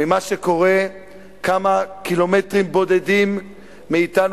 ממה שקורה כמה קילומטרים בודדים מאתנו,